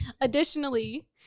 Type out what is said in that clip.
Additionally